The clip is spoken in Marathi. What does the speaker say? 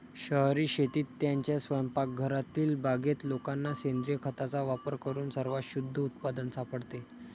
शहरी शेतीत, त्यांच्या स्वयंपाकघरातील बागेत लोकांना सेंद्रिय खताचा वापर करून सर्वात शुद्ध उत्पादन सापडते